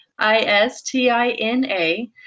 I-S-T-I-N-A